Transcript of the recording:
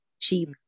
cheap